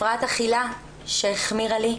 הפרעת אכילה שהחמירה לי.